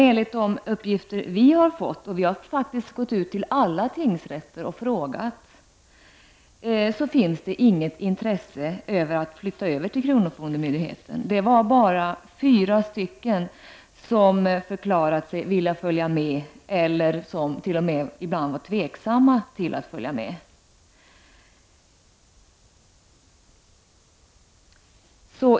Enligt de uppgifter vi har fått , och vi har faktiskt gått ut till alla tingsrätter och frågat, finns det inget intresse av att flytta över till kronofogdemyndigheten. Det var bara fyra stycken som förklarade sig vilja följa med eller kunde tänka sig att följa med.